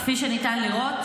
כפי שניתן לראות,